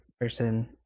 person